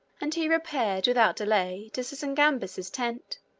and he repaired without delay to sysigambis's tent.